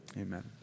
Amen